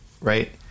right